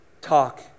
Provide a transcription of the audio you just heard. Talk